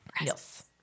Yes